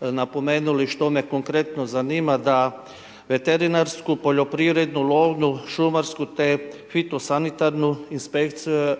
napomenuli, što me konkretno zanima, da veterinarsku, poljoprivrednu, lovnu, šumarsku, te hitnu sanitarnu inspekciju